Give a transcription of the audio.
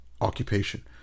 occupation